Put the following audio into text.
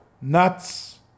nuts